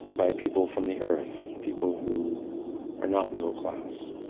by people from the earth, people who are not middle-class,